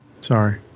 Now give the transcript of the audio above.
Sorry